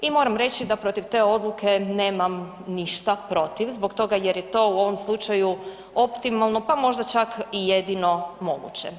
I moram reći da protiv te odluke nemam ništa protiv zbog toga jer je to u ovom slučaju optimalno pa možda čak i jedino moguće.